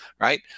Right